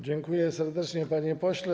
Dziękuję serdecznie, panie pośle.